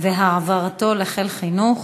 והעברתו לחיל חינוך,